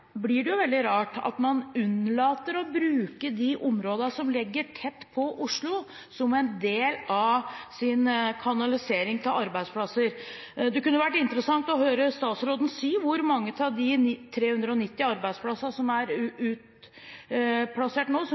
blir det veldig rart at man unnlater å bruke de områdene som ligger tett på Oslo, som en del av sin kanalisering av arbeidsplasser. Det kunne vært interessant å høre statsråden si hvor mange av de 390 arbeidsplassene som er utplassert til nå, som